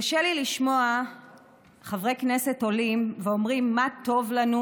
קשה לי לשמוע חברי כנסת שעולים ואומרים מה טוב לנו,